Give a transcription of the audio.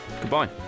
Goodbye